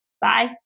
Bye